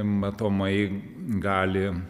matomai gali